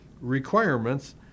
requirements